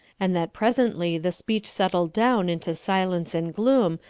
and that presently the speech settled down into silence and gloom,